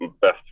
best